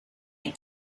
you